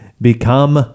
become